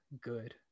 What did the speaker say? Good